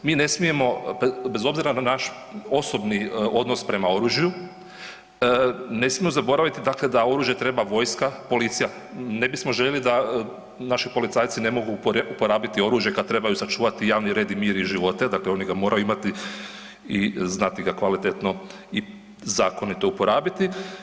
Mi ne smijemo bez obzira na naš osobni odnos prema oružju ne smijemo zaboraviti, dakle da oružje treba vojska, policija, ne bismo željeli da naši policajci ne mogu uporabiti oružje kad trebaju sačuvati javni red i mir i živote, dakle oni ga moraju imati i znati ga kvalitetno i zakonito uporabiti.